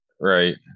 right